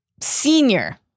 Senior